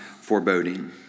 foreboding